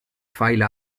file